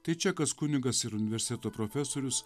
tai čekas kunigas ir universiteto profesorius